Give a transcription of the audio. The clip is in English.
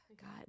God